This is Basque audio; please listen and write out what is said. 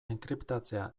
enkriptatzea